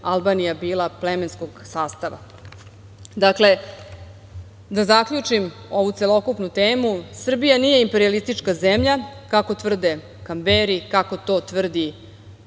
Albanija bila plemenskog sastava. Dakle, da zaključim ovu celokupnu temu. Srbija nije imperijalistička zemlja, kako tvrdi Kamberi, kako to tvrdi